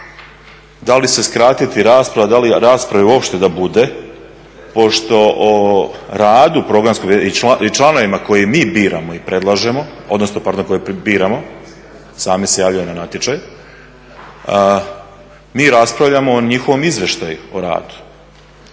da li se skratiti rasprava da li rasprave uopće da bude pošto o radu Programskog vijeća i članovima koje mi biramo i predlažemo odnosno pardon, koje biramo, sami se javljaju na natječaj, mi raspravljamo o njihovom izvještaju o radu.